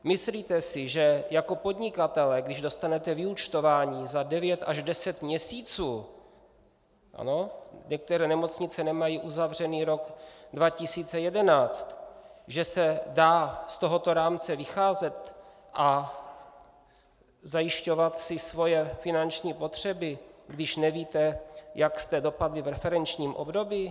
Myslíte si, že jako podnikatelé, když dostanete vyúčtování za 9 až 10 měsíců, některé nemocnice nemají uzavřený rok 2011, že se dá z tohoto rámce vycházet a zajišťovat si svoje finanční potřeby, když nevíte, jak jste dopadli v referenčním období?